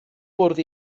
bwrdd